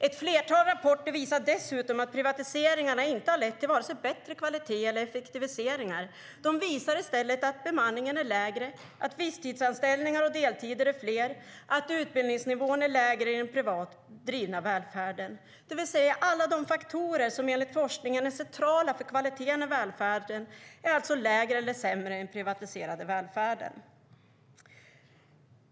Ett flertal rapporter visar dessutom att privatiseringarna inte har lett till vare sig bättre kvalitet eller effektiviseringar. De visar i stället att bemanningen är lägre, att visstidsanställningar och deltider är fler och att utbildningsnivån är lägre i den privat drivna välfärden. Det vill säga att alla de faktorer som enligt forskningen är centrala för kvaliteten i välfärden alltså är lägre eller sämre i den privatiserade välfärden.